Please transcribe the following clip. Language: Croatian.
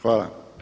Hvala.